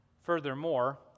Furthermore